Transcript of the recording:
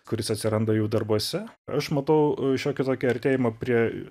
kuris atsiranda jų darbuose aš matau šiokį tokį artėjimą prie